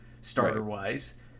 starter-wise